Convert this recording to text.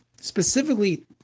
specifically